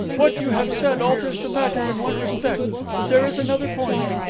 what you have said alters the matter in one respect but there is another point.